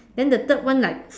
then the third one like